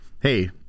hey